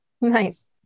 Nice